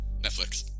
Netflix